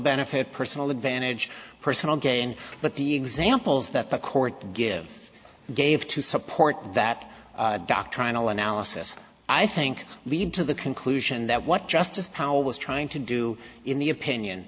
benefit personal advantage personal gain but the examples that the court give gave to support that doctrinal analysis i think lead to the conclusion that what justice powell was trying to do in the opinion